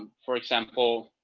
um for example,